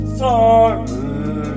sorry